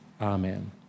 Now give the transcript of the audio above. Amen